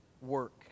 work